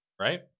right